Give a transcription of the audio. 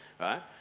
right